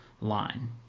line